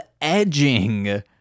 edging